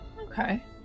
Okay